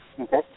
Okay